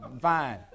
fine